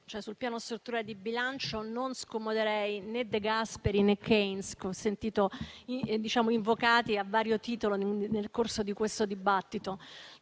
sul Piano strutturale di bilancio non scomoderei né De Gasperi né Keynes, che ho sentito evocare a vario titolo nel corso della discussione.